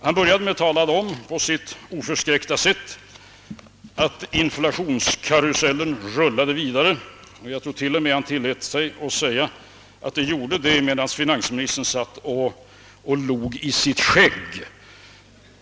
Han började på sitt oförskräckta sätt att tala om att inflationskarusellen rullar vidare. Jag tror t.o.m. att han tillät sig säga att den gjorde det medän finansministern log i sitt skägg.